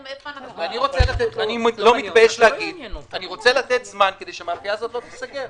אני רוצה לתת זמן כדי שהמאפייה הזאת לא תיסגר,